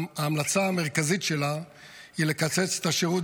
וההמלצה המרכזית שלה היא לקצץ את השירות